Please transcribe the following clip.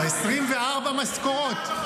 24 משכורות.